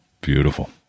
Beautiful